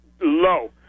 low